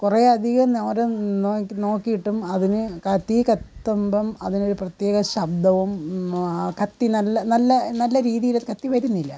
കുറേ അധികം നേരം നോക്കി നോക്കിയിട്ടും അതിന് തീ കത്തുമ്പം അതിനൊരു പ്രത്യേക ശബ്ദവും ആ കത്തി നല്ല നല്ല നല്ല രീതിയിൽ കത്തി വരുന്നില്ല